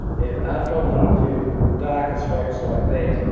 and after i've done a few darker strokes like that,